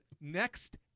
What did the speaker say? Next